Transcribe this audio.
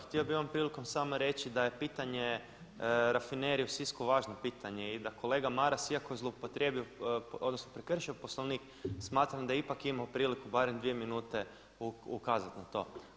Htio bih ovom prilikom samo reći da je pitanje Rafinerije u Sisku važno pitanje i da kolega Maras, iako je zloupotrijebio odnosno prekršio Poslovnik, smatram da je ipak imao priliku barem 2 minute ukazati na to.